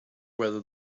whether